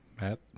Matt